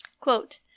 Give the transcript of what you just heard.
Quote